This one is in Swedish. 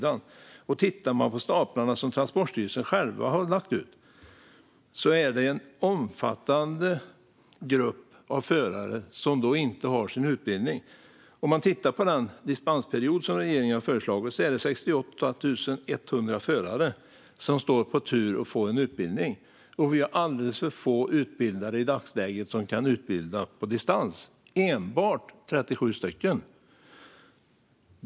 Om man tittar på de staplar som Transportstyrelsen har lagt ut ser man att det är en omfattande grupp av förare som inte har fått sin utbildning. När det gäller den dispensperiod som regeringen har föreslagit är det 68 100 förare som står på tur för att få en utbildning, men vi har i dagsläget alldeles för få utbildare som kan utbilda på distans - endast 37 stycken.